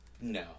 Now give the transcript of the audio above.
No